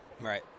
Right